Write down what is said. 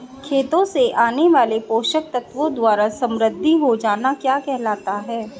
खेतों से आने वाले पोषक तत्वों द्वारा समृद्धि हो जाना क्या कहलाता है?